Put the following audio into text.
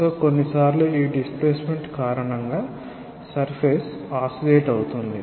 కాబట్టి కొన్నిసార్లు ఈ డిస్ప్లేస్మెంట్ కారణంగా సర్ఫేస్ ఆసిలేట్ అవుతుంది